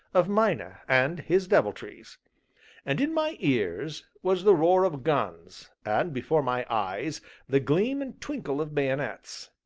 of mina, and his deviltries. and in my ears was the roar of guns, and before my eyes the gleam and twinkle of bayonets.